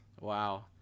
Wow